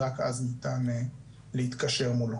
רק אז ניתן להתקשר מולו.